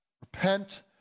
Repent